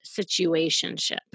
situationship